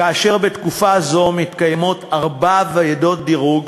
כאשר בתקופה זו מתקיימות ארבע ועדות דירוג,